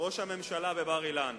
ראש הממשלה בבר-אילן.